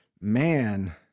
Man